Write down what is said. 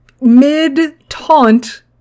Mid-taunt